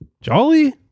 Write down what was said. Jolly